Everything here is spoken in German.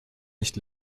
nicht